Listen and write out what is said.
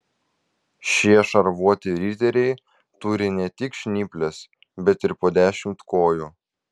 šie šarvuoti riteriai turi ne tik žnyples bet ir po dešimt kojų